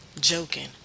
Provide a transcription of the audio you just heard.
joking